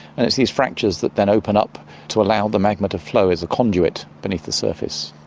and it's these fractures that then open up to allow the magma to flow as a conduit beneath the surface.